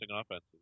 offenses